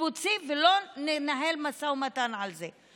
קיבוצי ולא ננהל משא ומתן על זה.